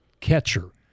catcher